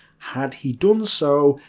had he done so,